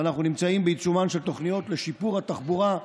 ואנחנו נמצאים בעיצומן של תוכניות לשיפור התחבורה,